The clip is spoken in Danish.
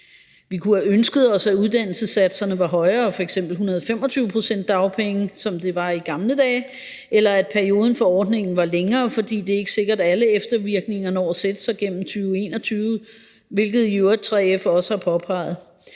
Vi kunne have ønsket os, at uddannelsessatserne var højere, f.eks. 125 pct. dagpenge, som det var i gamle dage, eller at perioden for ordningen var længere, fordi det ikke er sikkert, at alle eftervirkninger når at sætte sig gennem 2021, hvilket i øvrigt 3F også har påpeget.